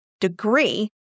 degree